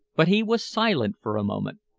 but he was silent for a moment,